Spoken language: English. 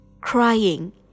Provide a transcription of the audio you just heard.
crying